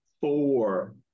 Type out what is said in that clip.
four